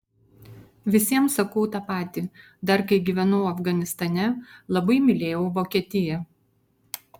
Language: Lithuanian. visiems sakau tą patį dar kai gyvenau afganistane labai mylėjau vokietiją